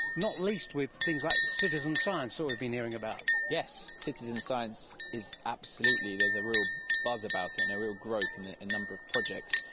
not least with things like citizen science that we've been hearing about. yes, citizen science is absolutely, there's a real buzz about it and a real growth in the and number of projects.